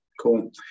Cool